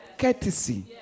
Courtesy